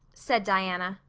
said diana.